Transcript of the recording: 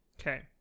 Okay